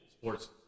sports